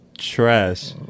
Trash